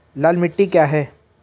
लाल मिट्टी क्या है?